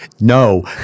No